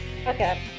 Okay